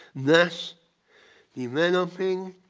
thus developing,